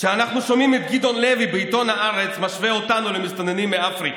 כשאנחנו שומעים את גדעון לוי בעיתון הארץ משווה אותנו למסתננים מאפריקה,